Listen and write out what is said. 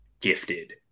gifted